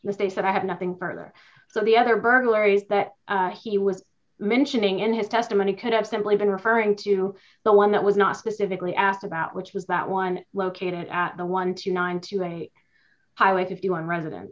they said i have nothing further so the other burglaries that he was mentioning in his testimony could have simply been referring to the one that was not specifically asked about which was that one located at the one to nine to a highway fifty one residen